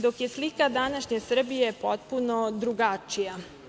Dok je slika današnje Srbije potpuno drugačija.